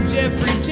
Jeffrey